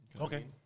Okay